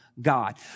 God